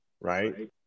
right